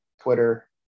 twitter